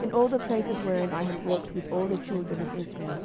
in all the places wherein i have walked with all the children of israel